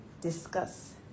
discuss